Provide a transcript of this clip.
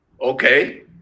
Okay